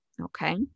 okay